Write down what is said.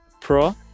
Pro